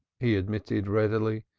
he admitted readily.